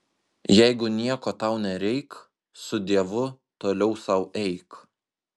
jeigu nieko tau nereik su dievu toliau sau eik